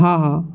हाँ हाँ